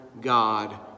God